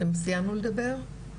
אתם סיימתם לדבר?